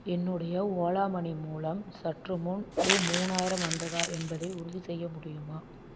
என்னுடைய Ola money மூலம் சற்றுமுன் ரூபா மூணாயிரம் வந்ததா என்பதை உறுதிசெய்ய முடியுமா